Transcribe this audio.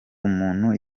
umuntu